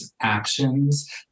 actions